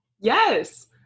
yes